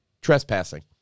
trespassing